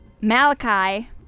Malachi